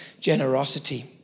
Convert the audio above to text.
generosity